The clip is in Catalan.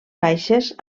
baixes